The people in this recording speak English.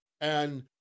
And-